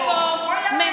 יש פה ממשלה,